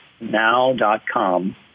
now.com